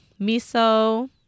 miso